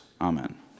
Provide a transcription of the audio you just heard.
amen